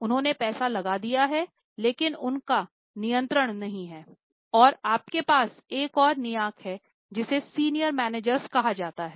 उन्होंने पैसा लगा दिया है लेकिन उनका नियंत्रण नहीं है और आपके पास एक और निकाय है जिसे सीनियर मैनेजर कहा जाता है